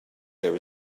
there